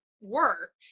work